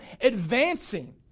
advancing